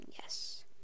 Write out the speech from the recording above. Yes